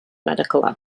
medical